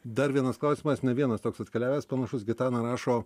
dar vienas klausimas ne vienas toks atkeliavęs panašus gitana rašo